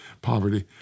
Poverty